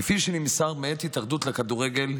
כפי שנמסר מאת ההתאחדות לכדורגל,